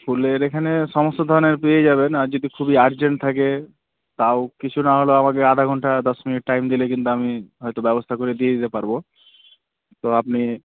ফুলের এখানে সমস্ত ধরনের পেয়ে যাবেন আর যদি খুবই আর্জেন্ট থাকে তাও কিছু না হলে আমাকে আধা ঘন্টা দশ মিনিট টাইম দিলে কিন্তু আমি হয়তো ব্যবস্থা করে দিয়ে দিতে পারবো তো আপনি